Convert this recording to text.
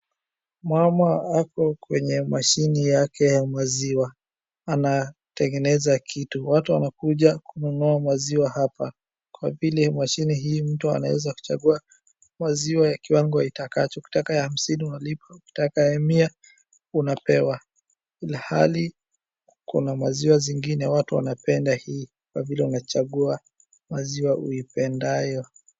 Mama ako kwenye mashini yake ya maziwa, anatengeneza kitu, watu wanakuja kununua maziwa hapa kwavile mashini hii mtu anaweza kuchagua maziwa ya kiwango anachotaka, akitaka cha hamsini analipa ukitaka ya mia unapewa, ilhali kuna maziwa zingine watu wanapenda hii kwa vile wanachagua maziwa uipendayo.